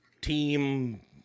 team